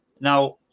Now